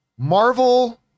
Marvel